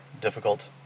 difficult